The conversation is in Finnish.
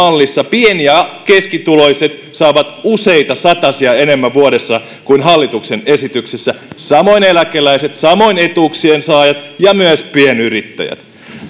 mallissa pieni ja keskituloiset saavat useita satasia enemmän vuodessa kuin hallituksen esityksessä samoin eläkeläiset samoin etuuksiensaajat ja myös pienyrittäjät